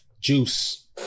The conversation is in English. Juice